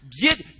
get